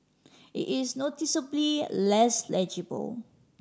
it is noticeably less legible